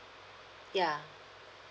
yeah